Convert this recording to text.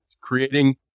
creating